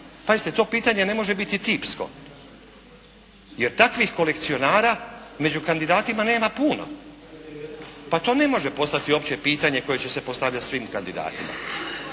pazite to pitanje ne može biti tipsko. Jer takvih kolekcionara među kandidatima nema puno. Pa to ne može postati opće pitanje koje će se postavljati svim kandidatima.